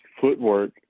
footwork